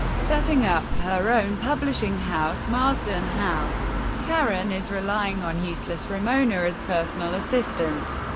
setting up her own publishing house marsden house, karen is relying on useless ramona as personal assistant.